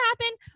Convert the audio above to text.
happen